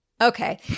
Okay